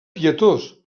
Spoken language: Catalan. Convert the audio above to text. pietós